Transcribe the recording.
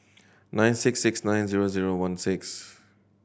nine six six nine zero zero one six